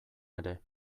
ere